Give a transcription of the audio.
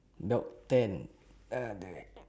no ten ah direct